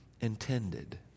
intended